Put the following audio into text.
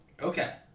Okay